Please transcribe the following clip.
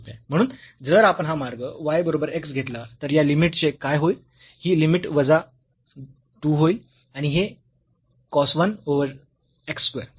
म्हणून जर आपण हा मार्ग y बरोबर x घेतला तर या लिमिट चे काय होईल ही लिमिट वजा 2 होईल आणि हे cos 1 ओव्हर x स्क्वेअर